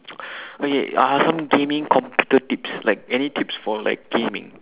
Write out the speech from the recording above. wait ah some gaming computer tips like any tips for like gaming